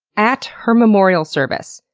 at her memorial service.